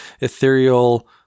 ethereal